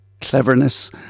cleverness